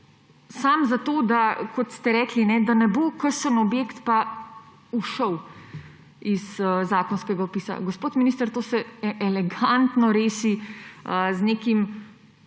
ste rekli, ne bo kakšen objekt ušel iz zakonskega opisa. Gospod minister, to se elegantno reši z nekim